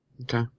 Okay